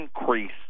increase